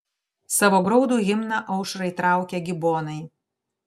savo graudų himną aušrai traukia gibonai